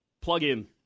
plug-in